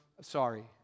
Sorry